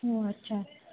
ଓ ଆଚ୍ଛା